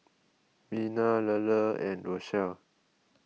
Mina Lela and Rochelle